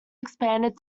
expanded